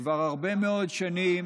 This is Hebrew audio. כבר הרבה מאוד שנים,